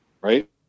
Right